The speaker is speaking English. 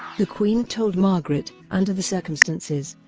the queen told margaret, under the circumstances,